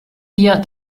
wird